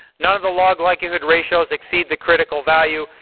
none of the log likelihood ratios exceed the critical value,